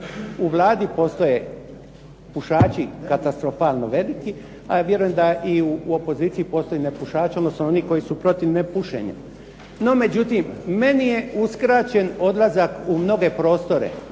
U Vladi postoje pušači katastrofalno veliki, a ja vjerujem i u opoziciji postoje nepušači, odnosno oni koji su protiv nepušenja. No, međutim meni je uskraćen odlazak u mnoge prostore.